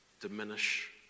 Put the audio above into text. diminish